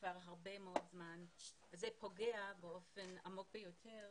כבר הרבה מאוד זמן וזה פוגע באופן עמוק ביותר